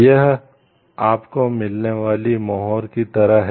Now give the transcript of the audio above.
यह आपको मिलने वाली मोहर की तरह है